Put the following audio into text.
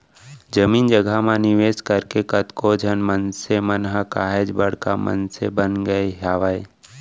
जमीन जघा म निवेस करके कतको झन मनसे मन ह काहेच बड़का मनसे बन गय हावय